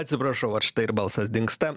atsiprašau vat štai ir balsas dingsta